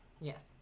Yes